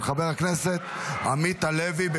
של חבר הכנסת עמית הלוי,